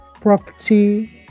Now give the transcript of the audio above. property